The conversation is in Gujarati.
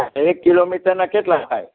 એક કિલોમીટરના કેટલા થાય